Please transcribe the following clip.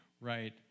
right